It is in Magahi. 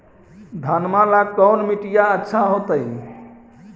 घनमा ला कौन मिट्टियां अच्छा होतई?